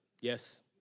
Yes